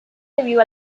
debido